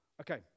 Okay